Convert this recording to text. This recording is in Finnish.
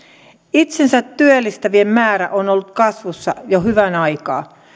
itsensä työllistävien määrä on ollut kasvussa jo hyvän aikaa